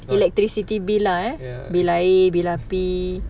ya